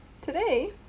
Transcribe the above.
Today